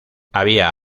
había